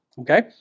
okay